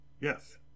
yes